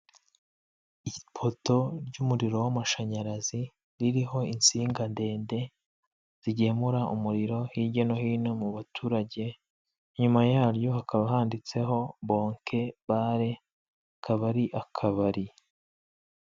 Ifoto ry'umuriro w'amashanyarazi ririho insinga ndende zigemura umuriro hirya no hino mu baturage, inyuma yaryo hakaba handitseho bonke bare akaba ari akabari.